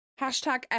Hashtag